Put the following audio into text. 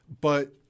But-